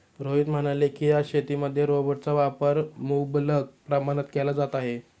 रोहित म्हणाले की, आज शेतीमध्ये रोबोटचा वापर मुबलक प्रमाणात केला जात आहे